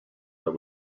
that